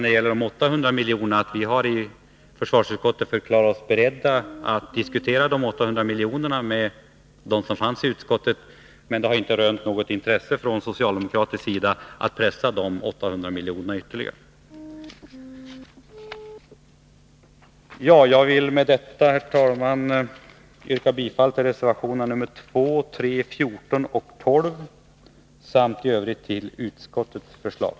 Jag vill bara säga att vi i försvarsutskottet förklarade oss beredda att diskutera de 800 miljonerna med dem som fanns i utskottet, men det har inte rönt något intresse från socialdemokratisk sida att pressa kostnaderna med ytterligare 800 miljoner. Jag vill med detta, herr talman, yrka bifall till reservationerna 2, 3, 14 och 18 samt i övrigt till utskottets förslag.